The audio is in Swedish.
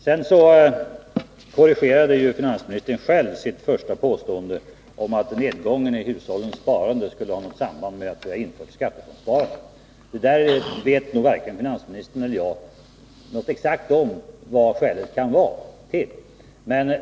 Finansministern korrigerade själv sitt första påstående om att nedgången i hushållens sparande skulle ha något samband med att skattefondssparandet infördes. Där vet varken finansministern eller jag vad skälet exakt kan vara.